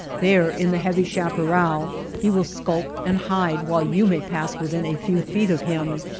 there in the heavy chaparral he will skulk and hide while you may pass within a few feet of him.